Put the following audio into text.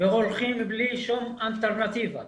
והולכים בלי שום אלטרנטיבה.